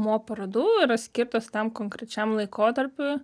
mo parodų yra skirtos tam konkrečiam laikotarpiui